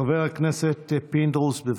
חבר הכנסת פינדרוס, בבקשה.